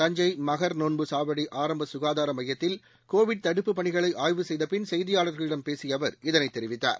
தஞ்சை மகர்நோன்பு சாவடி ஆரம்ப சுகாதார மையத்தில் கோவிட் தடுப்புப் பணிகளை ஆய்வு செய்தபின் செய்தியாளர்களிடம் பேசிய அவர் இதனை தெரிவித்தார்